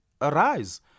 Arise